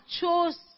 chose